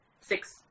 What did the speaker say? six